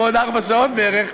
בעוד ארבע שעות בערך,